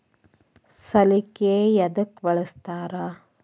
ಸಲಿಕೆ ಯದಕ್ ಬಳಸ್ತಾರ?